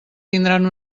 tindran